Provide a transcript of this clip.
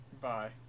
bye